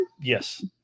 Yes